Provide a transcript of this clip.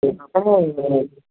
ହଁ ଆପଣଙ୍କର ଆସିଛି